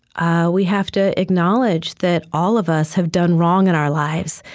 ah we have to acknowledge that all of us have done wrong in our lives.